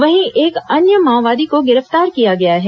वहीं एक अन्य माओवादी को गिरफ्तार किया गया है